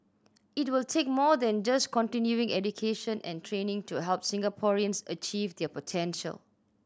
it will take more than just continuing education and training to help Singaporeans achieve their potential